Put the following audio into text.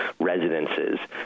residences